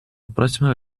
próxima